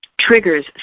triggers